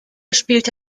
spielte